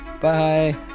bye